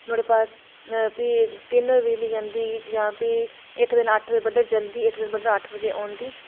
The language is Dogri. ते नुहाड़े बाद तिन्न बजे बिजली जंदी जां भी इक दिन अट्ठ बजे बिजली जंदी ते इक दिन अट्ठ बजे बिजली औंदी